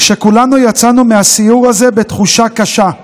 שכולנו יצאנו מהסיור הזה בתחושה קשה,